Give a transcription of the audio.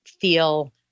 feel